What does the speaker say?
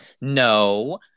No